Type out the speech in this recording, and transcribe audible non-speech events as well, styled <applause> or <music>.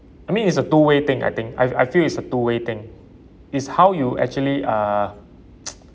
I mean it's a two way thing I think I I feel it's a two way thing is how you actually uh <noise>